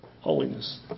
holiness